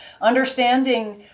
understanding